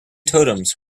totems